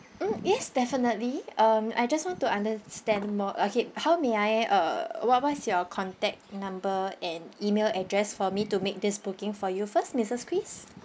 mm yes definitely um I just want to understand more okay how may I I uh what what's your contact number and email address for me to make this booking for you first missus chris